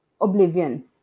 oblivion